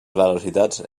velocitats